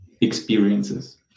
experiences